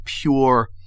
pure